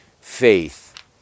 faith